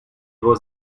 was